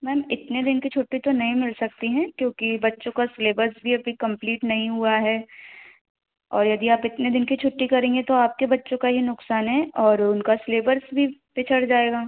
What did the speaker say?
ma'am इतने दिन की छुट्टी तो नहीं मिल सकती हैं क्योंकि बच्चों का स्लेबस भी अभी कम्प्लीट नहीं हुआ है और यदि आप इतने दिन की छुट्टी करेंगी तो आपके बच्चों का ही नुक़सान है और उनका स्लेबर्स भी पिछड़ जाएगा